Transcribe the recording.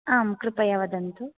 आं कृपया वदन्तु